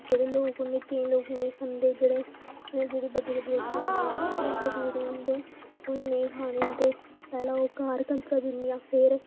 जेह्ड़े लोक उ'नें ई केईं लोग नेईं खंदे जेह्ड़े जेह्ड़ियां बड्डी बड्डी जरानियां मतलब बड्डे बड्डे होंदे उ'नें ई नेईं खाने होंदे पैह्लें ओह् घर कंजकां दिंदियां फिर